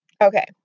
okay